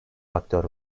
faktör